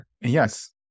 Yes